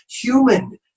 human